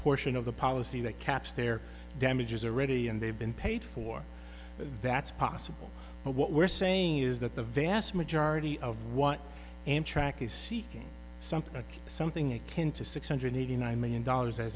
portion of the policy that caps their damages are ready and they've been paid for that's possible but what we're saying is that the vast majority of what amtrak is seeking something like something akin to six hundred eighty nine million dollars as